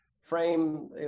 frame